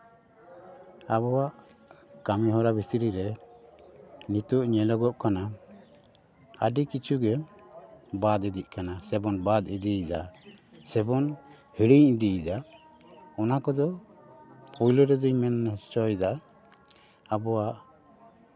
ᱟᱵᱚᱣᱟᱜ ᱠᱟᱹᱢᱤᱦᱚᱨᱟ ᱵᱷᱤᱛᱨᱤ ᱨᱮ ᱱᱤᱛᱚᱜ ᱧᱮᱞᱚᱜᱚᱜ ᱠᱟᱱᱟ ᱟᱹᱰᱤ ᱠᱤᱪᱷᱩ ᱜᱮ ᱵᱟᱫᱽ ᱤᱫᱤᱜ ᱠᱟᱱᱟ ᱥᱮᱵᱚᱱ ᱵᱟᱫᱽ ᱤᱫᱤᱭᱫᱟ ᱥᱮᱵᱚᱱ ᱦᱤᱲᱤᱧ ᱤᱫᱤᱭᱫᱟ ᱚᱱᱟ ᱠᱚᱫᱚ ᱯᱳᱭᱞᱳ ᱨᱮᱫᱩᱧ ᱢᱮᱱ ᱦᱚᱪᱚᱭᱫᱟ ᱟᱵᱚᱣᱟᱜ